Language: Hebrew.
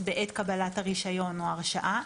בעת קבלת הרישיון או ההרשאה,